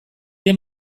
den